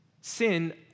Sin